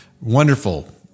wonderful